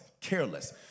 careless